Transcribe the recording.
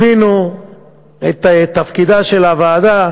הבינו את תפקידה של הוועדה,